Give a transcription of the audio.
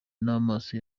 n’amaso